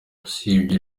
usibye